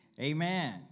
Amen